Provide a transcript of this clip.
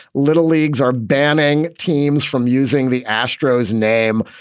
little leagues are banning teams from using the astros name.